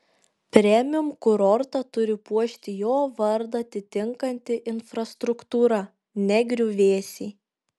premium kurortą turi puošti jo vardą atitinkanti infrastruktūra ne griuvėsiai